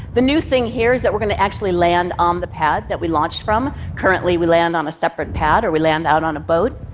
the new thing here is that we're going to actually land on um the pad that we launched from. currently, we land on a separate pad, or we land out on a boat.